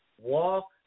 walk